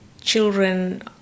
children